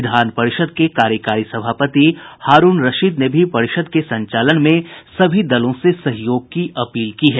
विधान परिषद के कार्यकारी सभापति हारूण रशीद ने भी परिषद के संचालन में सभी दलों से सहयोग की अपील की है